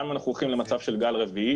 אם אנחנו הולכים למצב של גל רביעי,